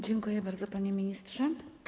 Dziękuję bardzo, panie ministrze.